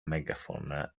megaphone